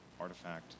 artifact